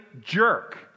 jerk